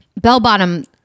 bell-bottom